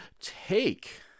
Take